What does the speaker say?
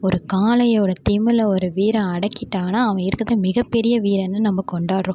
ஒரு காளையோடய திமிலை ஒரு வீரன் அடக்கிட்டான்னால் அவன் இருக்கிறதுலே மிகப்பெரிய வீரன்னு நம்ப கொண்டாடுறோம்